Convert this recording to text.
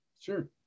sure